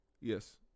Yes